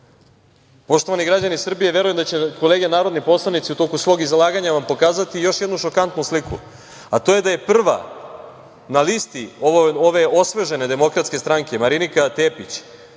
čovek. Poštovani građani Srbije, verujem da će kolege narodni poslanici u toku svog izlaganja vam pokazati još jednu šokantnu sliku, a to je da je prva na listi ove osvežene DS, Marinika Tepić,